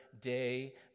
day